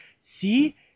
see